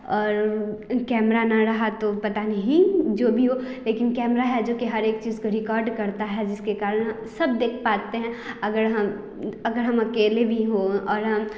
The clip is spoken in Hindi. और कैमरा ना रहा तो पता नहीं जो भी हो लेकिन कैमरा है जो कि हर एक चीज़ को रिकॉर्ड करता है जिसके कारण सब देख पाते हैं अगर हम अगर हम अकेले भी हो और हम